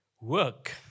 work